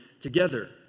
together